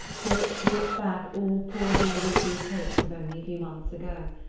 for it brought back all poor dear lucy's hopes of only a few months ago.